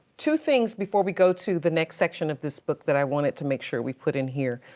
two things before we go to the next section of this book that i wanted to make sure we put in here,